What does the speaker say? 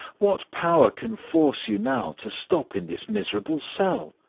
what power can force you now to stop in this miserable cell?